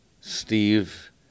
Steve